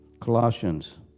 Colossians